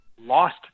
lost